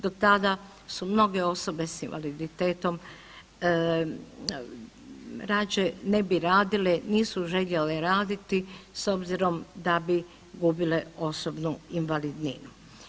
Do tada su mnoge osobe s invaliditetom rađe ne bi radile, nisu željele raditi s obzirom da bi gubile osobnu invalidninu.